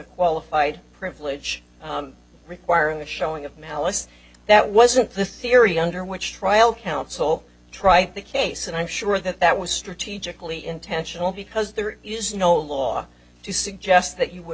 qualified privilege requiring a showing of malice that wasn't the theory under which trial counsel try the case and i'm sure that that was strategically intentional because there is no law to suggest that you would